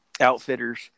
outfitters